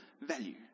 value